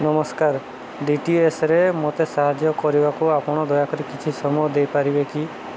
ନମସ୍କାର ଡିଟିଏସ୍ରେ ମୋତେ ସାହାଯ୍ୟ କରିବାକୁ ଆପଣ ଦୟାକରି କିଛି ସମୟ ଦେଇପାରିବେ କି